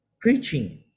preaching